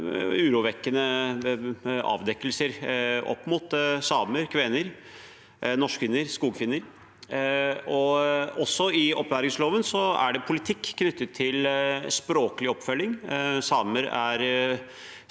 urovekkende avdekkinger når det gjelder samer, kvener, norskfinner og skogfinner. Også i opplæringsloven er det politikk knyttet til språklig oppfølging. Stortinget